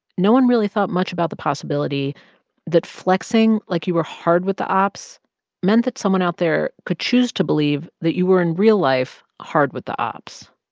no one really thought much about the possibility that flexing like you were hard with the opps meant that someone out there could choose to believe that you were, in real life, hard with the opps.